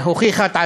הוכיחו את עצמן,